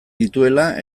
dituela